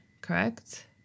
correct